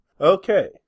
Okay